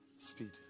speed